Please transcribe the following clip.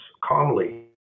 calmly